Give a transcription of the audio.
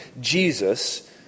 Jesus